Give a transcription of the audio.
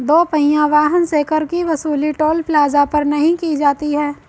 दो पहिया वाहन से कर की वसूली टोल प्लाजा पर नही की जाती है